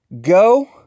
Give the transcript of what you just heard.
go